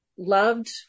Loved